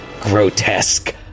grotesque